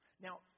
Now